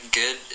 good